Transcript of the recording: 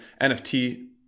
NFT